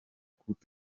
coup